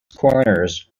corners